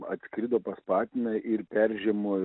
atskrido pas patiną ir peržiemojo